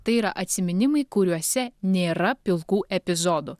tai yra atsiminimai kuriuose nėra pilkų epizodų